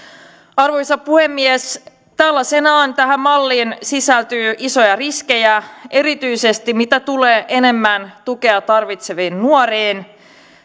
arvoisa puhemies tällaisenaan tähän malliin sisältyy isoja riskejä erityisesti mitä tulee enemmän tukea tarvitseviin nuoriin